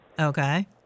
okay